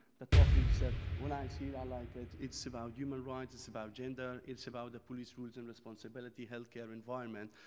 the topics that when i see that and i like. it's it's about human rights. it's about gender. it's about the police rules and responsibility, healthcare environment.